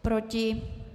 Proti?